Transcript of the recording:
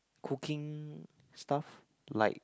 cooking stuff like